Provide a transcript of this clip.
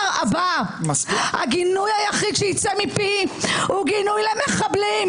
הבא הגינוי היחיד שייצא מפי הוא גינוי למחבלים,